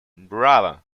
bravo